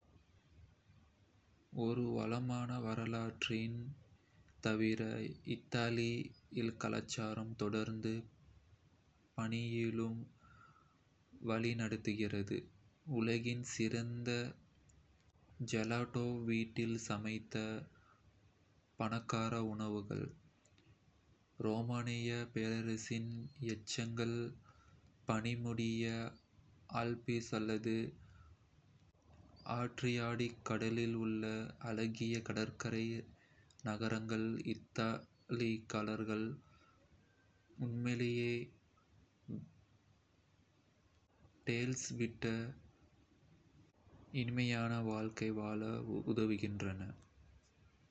ஒரு வளமான வரலாற்றைத் தவிர, இத்தாலிய கலாச்சாரம் தொடர்ந்து பாணியிலும் பாணியிலும் வழி நடத்துகிறது. உலகின் சிறந்த ஜெலட்டோ, வீட்டில் சமைத்த பணக்கார உணவுகள், ரோமானியப் பேரரசின் எச்சங்கள், பனி மூடிய ஆல்ப்ஸ் அல்லது அட்ரியாடிக் கடலில் உள்ள அழகிய கடற்கரை நகரங்கள் இத்தாலியர்கள் உண்மையிலேயே லா டோல்ஸ் விட்டா (இனிமையான வாழ்க்கை) வாழ உதவுகின்றன.